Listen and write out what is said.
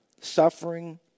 suffering